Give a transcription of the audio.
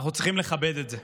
אנחנו צריכים לכבד את זה.